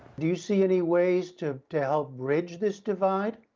do you see any ways to help bridge this divide?